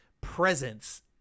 presence